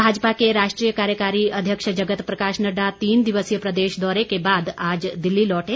भाजपा के राष्ट्रीय कार्यकारी अध्यक्ष जगत प्रकाश नड़डा तीन दिवसीय प्रदेश दौरे के बाद आज दिल्ली लौटे